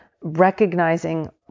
recognizing